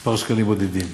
מכמה שקלים בודדים.